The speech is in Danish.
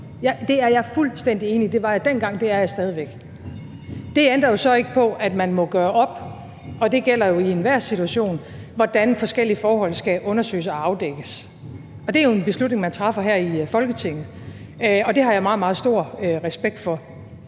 Det er jeg fuldstændig enig i, det var jeg dengang, og det er jeg stadig væk. Det ændrer jo så ikke på, at man må gøre op, og det gælder jo i enhver situation, hvordan forskellige forhold skal undersøges og afdækkes. Det er jo en beslutning, man træffer her i Folketinget, og det har jeg meget, meget stor respekt for.